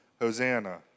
Hosanna